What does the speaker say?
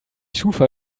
schufa